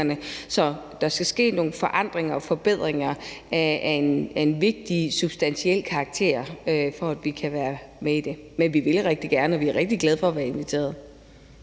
Så der skal ske nogle forandringer og forbedringer af en vigtig substantiel karakter, for at vi kan være med i det, men vi vil rigtig gerne, og vi er rigtig glade for at være inviteret.